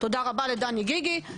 תודה רבה לדני גיגי,